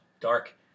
Dark